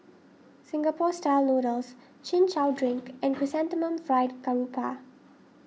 Singapore Style Noodles Chin Chow Drink and Chrysanthemum Fried Garoupa